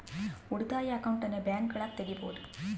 ಉಳಿತಾಯ ಅಕೌಂಟನ್ನ ಬ್ಯಾಂಕ್ಗಳಗ ತೆಗಿಬೊದು